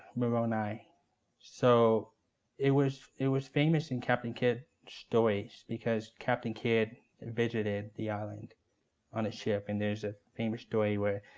moroni. so it was it was famous in captain kidd stories, because captain kidd visited the island on his ship, and there's ah famous story where